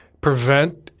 prevent